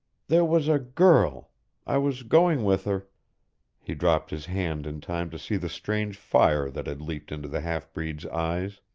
there was a girl i was going with her he dropped his hand in time to see the strange fire that had leaped into the half-breed's eyes.